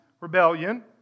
rebellion